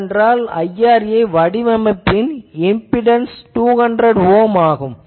ஏனெனில் IRA வடிவமைப்பின் impedance 200 ohm ஆகும்